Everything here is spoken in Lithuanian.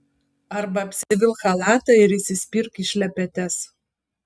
arba apsivilk chalatą ir įsispirk į šlepetes